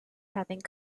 having